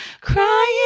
Crying